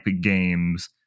games